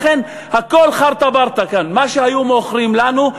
לכן הכול חארטה ברטה כאן מה שהיו מוכרים לנו.